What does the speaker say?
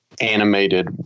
animated